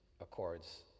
accords